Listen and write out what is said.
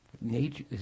Nature